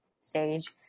stage